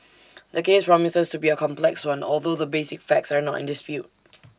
the case promises to be A complex one although the basic facts are not in dispute